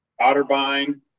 Otterbein